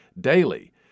Daily